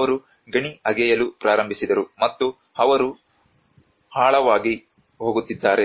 ಅವರು ಗಣಿ ಅಗೆಯಲು ಪ್ರಾರಂಭಿಸಿದರು ಮತ್ತು ಅವರು ಅವರು ಆಳವಾಗಿ ಹೋಗುತ್ತಿದ್ದಾರೆ